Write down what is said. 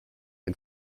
ein